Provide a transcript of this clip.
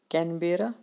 Canberra